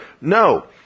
No